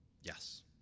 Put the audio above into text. Yes